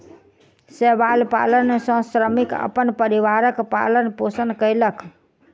शैवाल पालन सॅ श्रमिक अपन परिवारक पालन पोषण कयलक